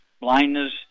blindness